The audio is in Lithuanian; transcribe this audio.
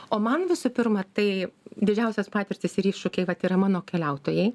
o man visų pirma tai didžiausios patirtys ir iššūkiai vat yra mano keliautojai